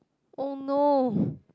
oh no